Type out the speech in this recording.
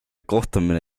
kohtumine